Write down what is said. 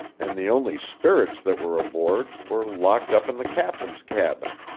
and the only spirits that were aboard were locked up in the captain's cabin.